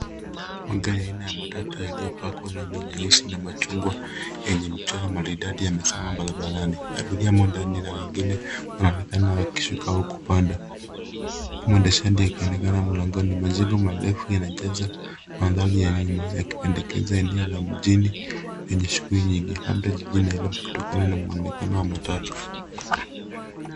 Magari aina ya matatu yaliyopakwa rangi nyeusi na machungwa yenye michoro maridadi yamesimama barabarani. Abiria wamo ndani na wengine wanaonekana wakishuka au kupanda mwendeshaji akionekana mlangoni. Majengo marefu yanajaza mandhari ya nyuma yakipendekeza eneo la mjini lenye shughuli nyingi, labda jijini Nairobi kutokana na mwonekano wa matatu.